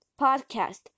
podcast